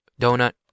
donut